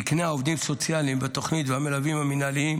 תקני העובדים הסוציאליים בתוכנית והמלווים המינהליים